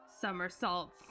somersaults